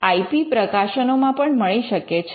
I P પ્રકાશનોમાં પણ મળી શકે છે